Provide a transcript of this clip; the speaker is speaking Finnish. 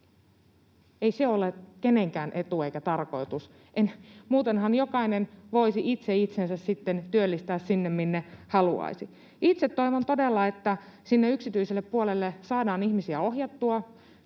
Ei se ole kenenkään etu eikä tarkoitus, muutenhan jokainen voisi itse itsensä sitten työllistää sinne, minne haluaisi. Itse toivon todella, että sinne yksityiselle puolelle saadaan ihmisiä ohjattua.